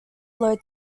low